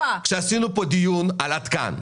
כשעשינו פה דיון על עמותת "עד כאן"